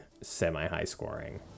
semi-high-scoring